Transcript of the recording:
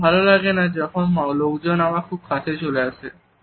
আমার ভালো লাগেনা যখন লোকজন আমার খুব কাছে চলে আসে